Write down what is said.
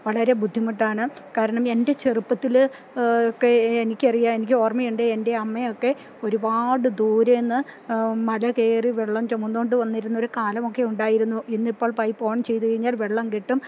വളരെ ബുദ്ധിമുട്ടാണ് കാരണം എൻ്റെ ചെറുപ്പത്തില് ഒക്കെ എനിക്കറിയാം എനിക്ക് ഓർമ്മയുണ്ട് എൻ്റെ അമ്മയൊക്കെ ഒരുപാട് ദൂരെനിന്ന് മല കയറി വെള്ളം ചുമന്നുകൊണ്ടുവന്നിരുന്ന ഒരു കാലമൊക്കെ ഉണ്ടായിരുന്നു ഇന്നിപ്പോൾ പൈപ്പോൺ ചെയ്തുകഴിഞ്ഞാൽ വെള്ളം കിട്ടും